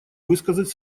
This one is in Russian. высказать